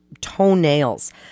toenails